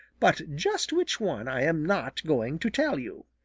but just which one i am not going to tell you.